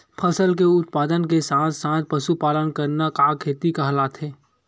फसल के उत्पादन के साथ साथ पशुपालन करना का खेती कहलाथे?